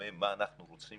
שמקומם מה אנחנו רוצים